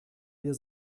wir